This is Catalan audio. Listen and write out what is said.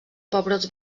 pebrots